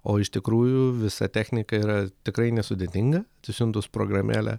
o iš tikrųjų visa technika yra tikrai nesudėtinga atsisiuntus programėlę